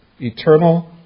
Eternal